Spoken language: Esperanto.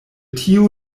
tio